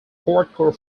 hardcore